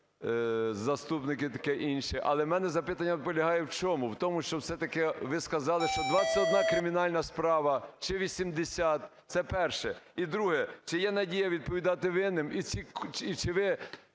заступники і таке інше. Але у мене запитання полягає в чому? В тому що все-таки ви сказали, що 21 кримінальна справа, чи 80. Це перше. І друге. Чи є надія відповідати винним? І чи ви